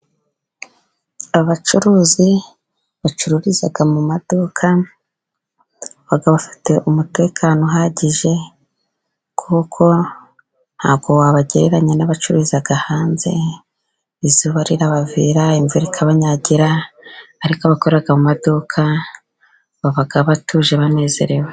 Abacuruzi bacururiza mu maduka baba bafite umutekano uhagije, kuko ntabwo wabagereranya n'abacururiza hanze izuba rirabavira, imvura ikabanyagira, ariko abakora mu maduka baba batuje banezerewe.